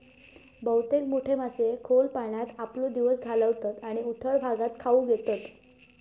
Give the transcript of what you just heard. बहुतेक मोठे मासे खोल पाण्यात आपलो दिवस घालवतत आणि उथळ भागात खाऊक येतत